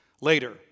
later